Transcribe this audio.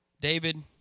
David